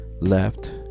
left